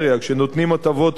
כשנותנים הטבות מס